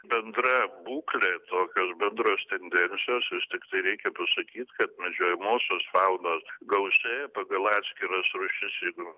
bendra būklė tokios bendros tendencijos vis tiktai reikia pasakyti kad medžiojamosios faunos gausėja pagal atskiras rūšis jeigu